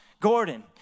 Gordon